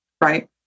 Right